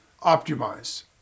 optimize